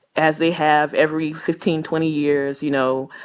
as they have every fifteen, twenty years, you know,